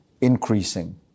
increasing